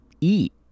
eat